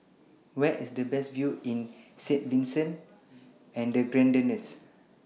Where IS The Best View in Saint Vincent and The Grenadines